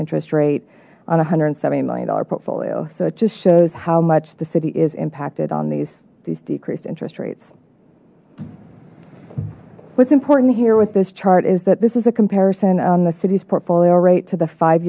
interest rate on a hundred and seventy million dollar portfolio so it just shows how much the city is impacted on these these decreased interest rates what's important here with this chart is that this is a comparison on the city's portfolio rate to the five